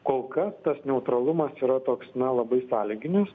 kol kas tas neutralumas yra toks na labai sąlyginis